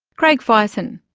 craig fison,